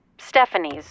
Stephanie's